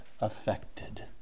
affected